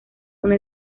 una